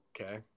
okay